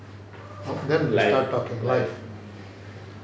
live live